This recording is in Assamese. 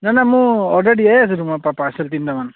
নাই নাই মোৰ অৰ্ডাৰ দিয়াই আছে তোমাৰ পা পাৰ্চেল তিনিটামান